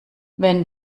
wenn